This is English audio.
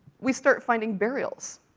we start finding burials.